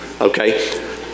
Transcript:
okay